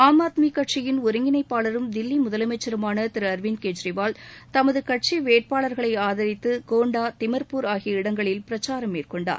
ஆம் ஆத்மி கட்சியின் ஒருங்கிணைப்பாளரும் தில்லி முதலமைச்சருமான திரு அரவிந்த் கெஜ்ரிவால் தமது கட்சி வேட்பாளர்களை ஆதரித்து கோண்டா திமர்பூர் ஆகிய இடங்களில் பிரச்சாரம் மேற்கொண்டார்